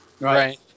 Right